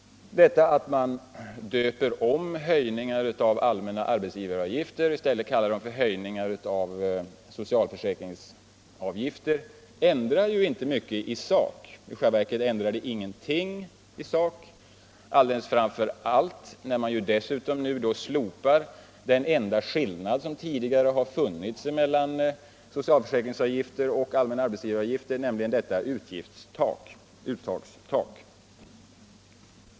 Att höjningarna av de allmänna arbetsgivaravgifterna döps om och kallas höjningar av socialförsäkringsavgifter ändrar i själva verket ingenting i sak, framför allt som man nu slopar den enda skillnad som tidigare funnits mellan socialförsäkringsavgifter och allmänna arbetsgivaravgifter, nämligen uttagstaket.